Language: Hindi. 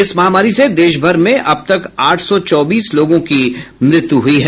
इस महामारी से देशभर में अब तक आठ सौ चौबीस लोगों की मृत्यु हुई है